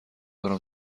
دارم